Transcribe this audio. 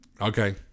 Okay